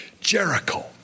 Jericho